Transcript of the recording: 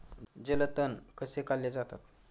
जलतण कसे काढले जातात?